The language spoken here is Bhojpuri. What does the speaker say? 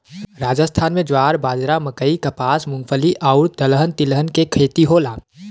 राजस्थान में ज्वार, बाजरा, मकई, कपास, मूंगफली आउर दलहन तिलहन के खेती होला